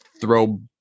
throw